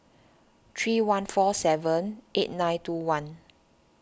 three one four seven eight nine two one